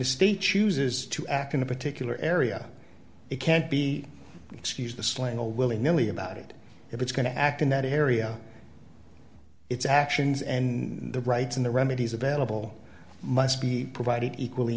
a state chooses to act in a particular area it can't be excused the slaying a willing newly about it if it's going to act in that area its actions and the rights in the remedies available must be provided equally